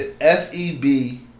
F-E-B